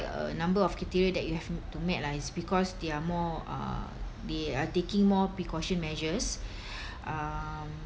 uh number of criteria that you have to meet lah it's because they're more uh they are taking more precaution measures um